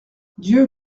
dieu